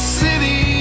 city